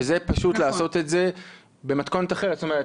ופשוט לעשות את זה במתכונת אחרת.